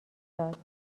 داد